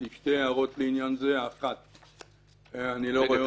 יש לי שתי הערות בעניין זה: 1. אני לא -- רגע,